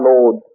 Lord